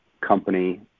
company